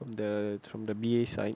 the the B_A side